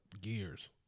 gears